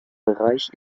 bereich